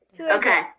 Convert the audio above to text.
Okay